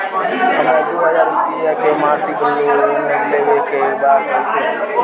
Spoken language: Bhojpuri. हमरा दो हज़ार रुपया के मासिक लोन लेवे के बा कइसे होई?